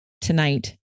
tonight